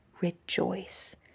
rejoice